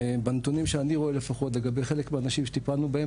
ובנתונים שאני רואה לפחות לגבי חלק מהנשים שטיפלנו בהן,